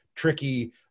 tricky